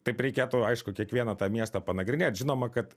taip reikėtų aišku kiekvieną tą miestą panagrinėt žinoma kad